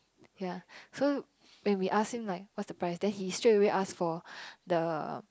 ya so when we ask him like what's the price then he straight away ask for the